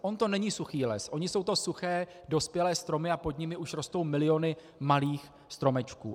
On to není suchý les, ony jsou to suché dospělé stromy a pod nimi už rostou miliony malých stromečků.